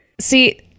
See